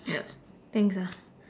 thanks ah